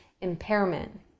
impairment